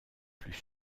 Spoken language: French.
plus